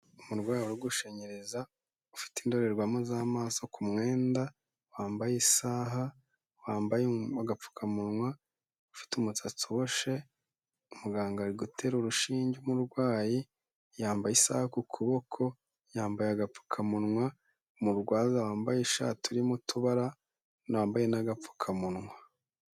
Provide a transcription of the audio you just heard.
Umurwayi uri gushanyiriza, ufite indorerwamo z'amaso ku mwenda, wambaye isaha, wambaye agapfukamunwa, ufite umusatsi uboshye, umuganga ari gutera urushinge umurwayi, yambaye isaha ku kuboko, yambaye agapfukamunwa, umurwaza wambaye ishati urimo utubara, wambaye n'agapfukamunwa.